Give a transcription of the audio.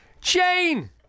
Jane